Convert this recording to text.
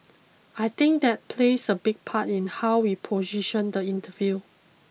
I think that plays a big part in how we position the interview